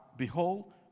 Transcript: Behold